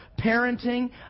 parenting